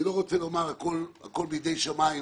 אני לא רוצה לומר שהכול בידי שמיים,